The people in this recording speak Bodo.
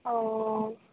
औ